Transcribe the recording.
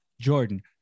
jordan